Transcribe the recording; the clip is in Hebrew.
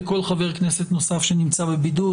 וכל חבר כנסת נוסף שנמצא בבידוד.